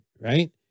right